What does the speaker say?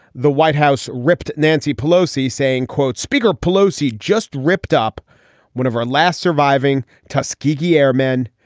the white house ripped. nancy pelosi saying, quote, speaker pelosi just ripped up one of her last surviving tuskegee airmen.